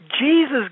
Jesus